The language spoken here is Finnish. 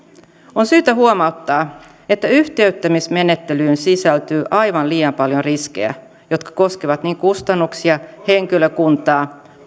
on syytä huomauttaa että yhtiöittämismenettelyyn sisältyy aivan liian paljon riskejä jotka koskevat niin kustannuksia henkilökuntaa